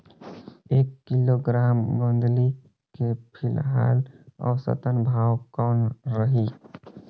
एक किलोग्राम गोंदली के फिलहाल औसतन भाव कौन रही?